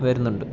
വരുന്നുണ്ട്